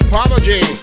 Apology